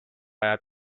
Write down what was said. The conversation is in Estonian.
ajab